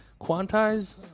quantize